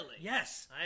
Yes